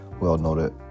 well-noted